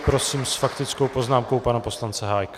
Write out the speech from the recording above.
Prosím s faktickou poznámkou pana poslance Hájka.